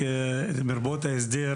מרפאות ההסדר,